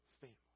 family